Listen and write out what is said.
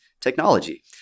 technology